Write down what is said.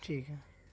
ٹھیک ہے